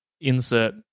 insert